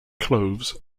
clothes